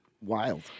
wild